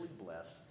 blessed